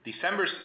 December